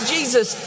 Jesus